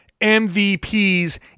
MVPs